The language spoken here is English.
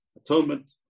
atonement